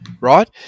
right